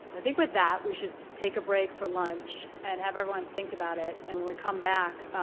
so i think with that, we should take a break for lunch, and have everyone think about it. and when we come back,